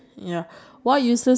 ya ya I understand